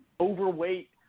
Overweight